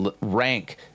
rank